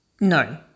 No